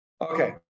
okay